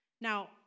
Now